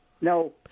No